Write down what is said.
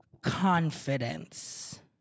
confidence